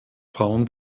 frauen